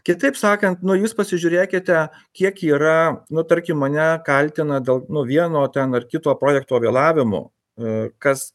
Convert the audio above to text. kitaip sakant nu jūs pasižiūrėkite kiek yra nu tarkim mane kaltina dėl nu vieno ten ar kito projekto vėlavimu a kas